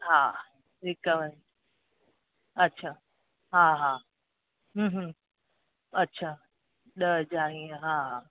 हा रीकवर अच्छा हा हा अच्छा ॾह हज़ार इह हा हा